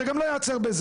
זה גם לא ייעצר בזה.